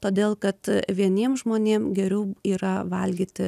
todėl kad vieniem žmonėm geriau yra valgyti